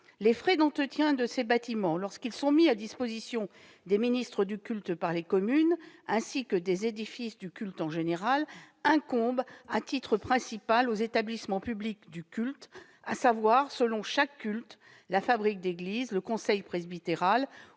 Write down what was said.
les frais d'entretien de ces bâtiments, lorsqu'ils sont mis à disposition des ministres du culte par les communes, ainsi que des édifices du culte, en général, incombent à titre principal aux établissements publics du culte, à savoir, selon chaque culte, la fabrique d'église, le conseil presbytéral